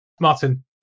Martin